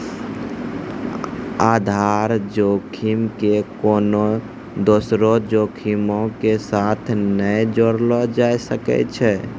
आधार जोखिम के कोनो दोसरो जोखिमो के साथ नै जोड़लो जाय सकै छै